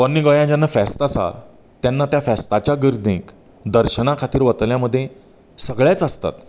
पोन्नें गोंया जेन्ना फेस्त आसता तेन्ना त्या फेस्ताच्या गर्देंत दर्शनां खातीर वतल्यां मदीं सगळेंच आसतात